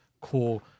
core